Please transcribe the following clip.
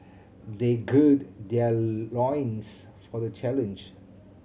they gird their loins for the challenge